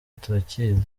turakizi